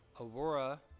Aurora